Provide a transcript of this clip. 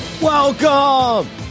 Welcome